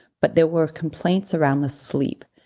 but there were complaints around the sleep,